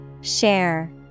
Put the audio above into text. Share